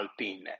Alpine